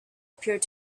appeared